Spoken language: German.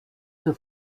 zur